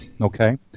Okay